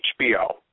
HBO